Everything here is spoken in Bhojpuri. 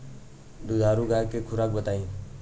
दुधारू गाय के खुराक बताई?